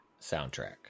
soundtrack